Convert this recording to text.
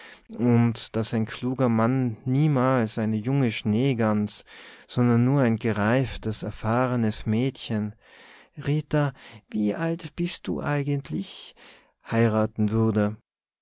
und daß ein kluger mann niemals eine junge schneegans sondern nur ein gereiftes erfahrenes mädchen rita wie alt bist du eigentlich heiraten würde